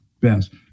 best